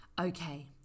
Okay